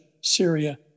Syria